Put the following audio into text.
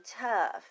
tough